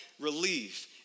relief